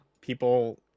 people